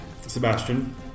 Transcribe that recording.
Sebastian